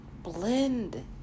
Blend